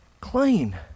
clean